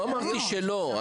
לא אמרתי שלא,